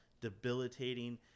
debilitating